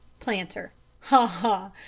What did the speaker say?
planter ha! ha!